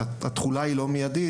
התחולה היא לא מיידית,